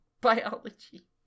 Biology